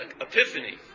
epiphany